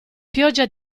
pioggia